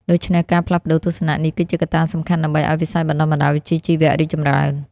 ដូច្នេះ ការផ្លាស់ប្តូរទស្សនៈនេះគឺជាកត្តាសំខាន់ដើម្បីឱ្យវិស័យបណ្តុះបណ្តាលវិជ្ជាជីវៈរីកចម្រើន។